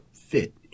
fit